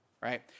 right